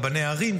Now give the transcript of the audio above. רבני ערים,